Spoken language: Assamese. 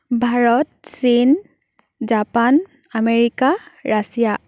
ভাৰত চীন জাপান আমেৰিকা ৰাছিয়া